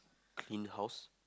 in house